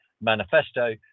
manifesto